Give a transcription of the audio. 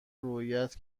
رویت